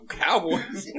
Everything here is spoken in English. cowboys